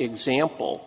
example